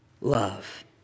love